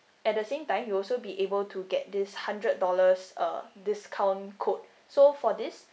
at the same time you also be able to get this hundred dollars uh discount code so for this